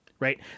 Right